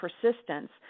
persistence